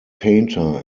painter